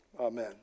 Amen